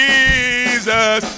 Jesus